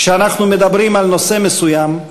כשאנחנו מדברים על נושא מסוים,